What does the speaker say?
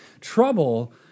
Trouble